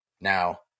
Now